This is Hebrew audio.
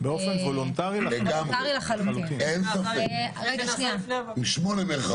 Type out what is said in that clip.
וחבל, כי יש הרבה קולות מתוך